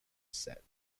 set